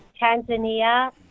Tanzania